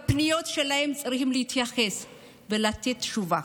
צריך להתייחס לפניות שלהם ולתת תשובה.